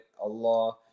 Allah